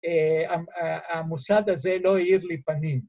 ‫המוסד הזה לא האיר לי פנים.